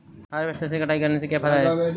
Harvester से कटाई करने से क्या फायदा है?